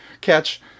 catch